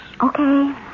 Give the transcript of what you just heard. Okay